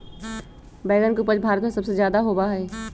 बैंगन के उपज भारत में सबसे ज्यादा होबा हई